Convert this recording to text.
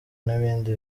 n’ibindi